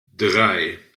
drei